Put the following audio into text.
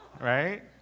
Right